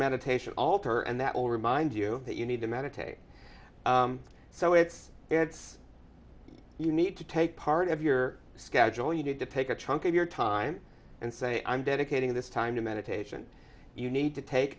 meditation alter and that will remind you that you need to meditate so it's it's you need to take part of your schedule you need to take a chunk of your time and say i'm dedicating this time to meditation you need to take